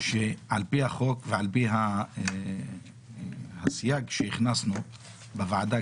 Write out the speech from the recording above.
שעל פי החוק ועל פי הסייג שהכנסנו בוועדה